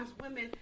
women